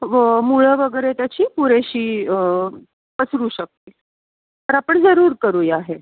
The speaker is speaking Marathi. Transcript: व मुळं वगैरे त्याची पुरेशी पसरू शकतील तर आपण जरूर करूया हे